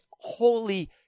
holy